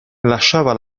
lasciava